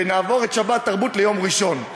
ונעביר את "שבתרבות" ליום ראשון.